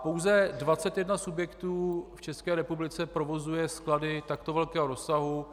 Pouze 21 subjektů v České republice provozuje sklady takto velkého rozsahu.